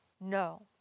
no